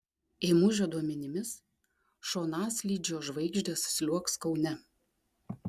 ėmužio duomenimis šonaslydžio žvaigždės sliuogs kaune